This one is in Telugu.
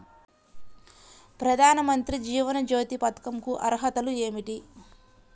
ప్రధాన మంత్రి జీవన జ్యోతి పథకంకు అర్హతలు ఏమిటి?